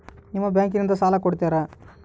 ನಿಮ್ಮ ಬ್ಯಾಂಕಿನಿಂದ ಸಾಲ ಕೊಡ್ತೇರಾ?